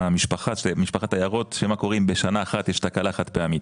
משפחת ההערות של מה קורה אם בשנה אחת יש תקלה חד פעמית.